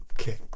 Okay